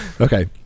okay